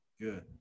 Good